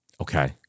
Okay